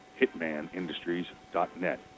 hitmanindustries.net